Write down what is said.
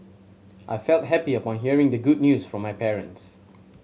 I felt happy upon hearing the good news from my parents